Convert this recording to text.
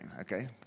okay